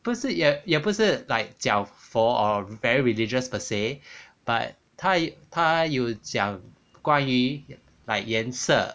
不是也也不是 like 讲佛 or very religious per se but 他她有讲关于 like 颜色